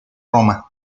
roma